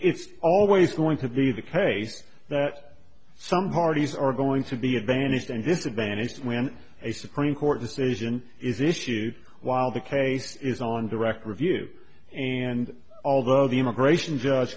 it's always going to be the case that some parties are going to be advantaged and disadvantaged when a supreme court decision is issued while the case is on direct review and although the immigration j